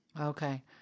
Okay